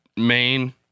main